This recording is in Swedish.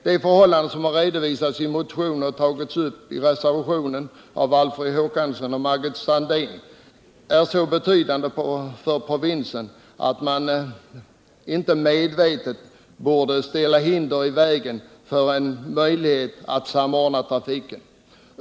De förhållanden som redovisats i motionen och som tagits upp i reservationen av Alfred Håkansson och Margit Sandéhn är så betydande för provinsen att man inte medvetet borde lägga hinder i vägen för en möjlighet att samordna trafiken.